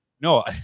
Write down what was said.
no